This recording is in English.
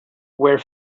were